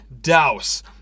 Douse